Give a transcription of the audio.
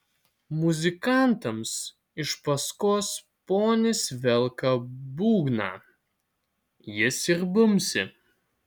muzikantams iš paskos ponis velka būgną jis ir bumbsi